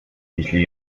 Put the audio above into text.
jeśli